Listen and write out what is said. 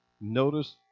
Notice